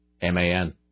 M-A-N